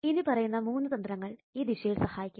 ഇനി പറയുന്ന മൂന്നു തന്ത്രങ്ങൾ ഈ ദിശയിൽ സഹായിക്കും